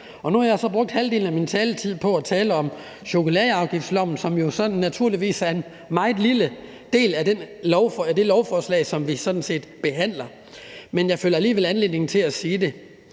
og nu har jeg så brugt halvdelen af min taletid på at tale om chokoladeafgiftsloven, som jo så naturligvis er en meget lille del af det lovforslag, som vi behandler, men jeg føler alligevel en anledning til at sige det.